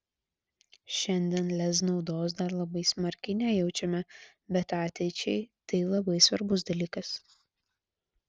šiandien lez naudos dar labai smarkiai nejaučiame bet ateičiai tai labai svarbus dalykas